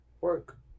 work